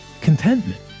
Contentment